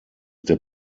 der